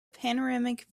panoramic